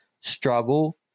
struggle